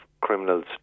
criminals